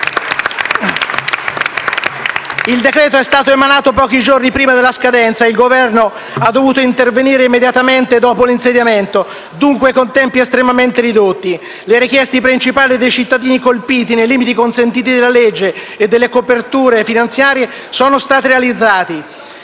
Il provvedimento è stato emanato pochi giorni prima della scadenza e il Governo ha dovuto intervenire immediatamente dopo l'insediamento, dunque con tempi estremamente ridotti. Le richieste principali dei cittadini colpiti, nei limiti consentiti dalla legge e delle coperture finanziarie, sono state realizzate.